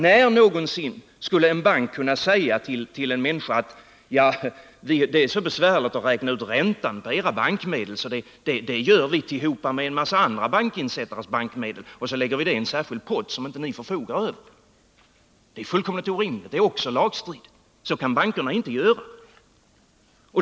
När skulle en bank någonsin kunna säga till en människa: Det är så besvärligt att räkna ut räntan på era bankmedel, så den räknar vi ut tillsammans med räntan på en massa andra insättares bankmedel och så lägger vi det i en särskild pott, som ni inte förfogar över. Det är fullkomligt orimligt. Det är också lagstridigt. Så kan bankerna inte göra.